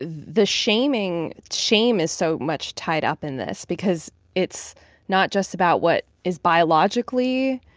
the shaming shame is so much tied up in this because it's not just about what is biologically,